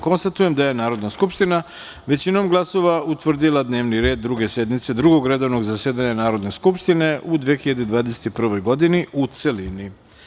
Konstatujem da je Narodna skupština većinom glasova utvrdila dnevni red Druge sednice Drugog redovnog zasedanja Narodne skupštine u 2021. godini, u celini.